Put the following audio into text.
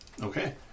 Okay